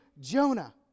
jonah